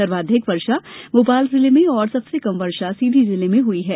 सर्वाधिक वर्षा भोपाल जिले में और सबसे कम वर्षा सीधी जिले में दर्ज हुई है